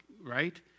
right